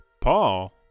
Paul